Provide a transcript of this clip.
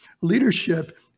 Leadership